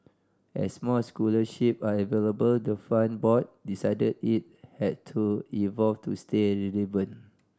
as more scholarships are available the fund board decided it had to evolve to stay relevant